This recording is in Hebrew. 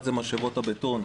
אחד זה משאבות הבטון,